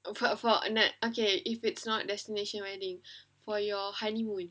apart for okay if it's not destination wedding for your honeymoon